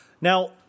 Now